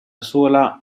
sola